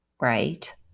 right